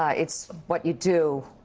ah it's what you do,